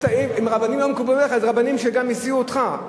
אם רבנים לא מקובלים עליך אז רבנים שגם השיאו אותך,